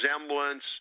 resemblance